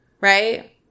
right